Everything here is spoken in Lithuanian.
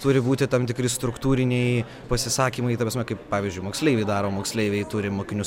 turi būti tam tikri struktūriniai pasisakymai ta prasme kaip pavyzdžiui moksleiviai daro moksleiviai turi mokinius